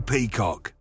Peacock